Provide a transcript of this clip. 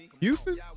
Houston